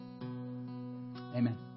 Amen